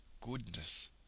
goodness